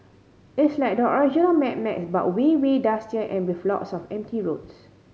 it's like the original Mad Max but way way dustier and with lots of empty roads